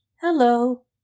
Hello